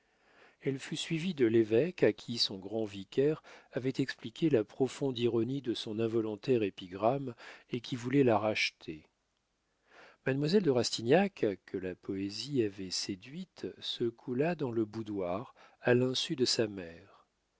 elle fut suivie de l'évêque à qui son grand vicaire avait expliqué la profonde ironie de son involontaire épigramme et qui voulait la racheter mademoiselle de rastignac que la poésie avait séduite se coula dans le boudoir à l'insu de sa mère